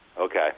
Okay